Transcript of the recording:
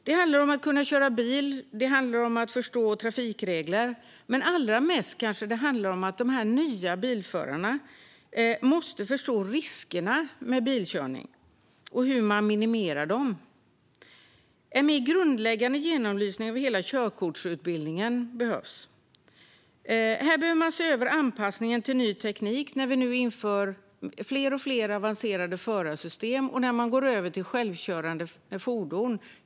Det handlar om att kunna köra bil och förstå trafikregler. Men allra mest kanske det handlar om att de nya bilförarna måste förstå riskerna med bilkörning och hur man minimerar dem. En mer grundläggande genomlysning av hela körkortsutbildningen behövs. Här behöver man se över anpassningen till ny teknik när vi nu inför allt fler avancerade förarsystem och man går över till självkörande fordon.